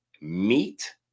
Meat